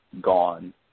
gone